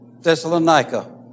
Thessalonica